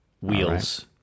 wheels